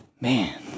Man